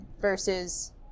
Versus